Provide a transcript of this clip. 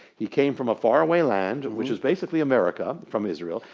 he came from a far-away land which is basically america from israel,